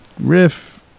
riff